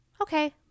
okay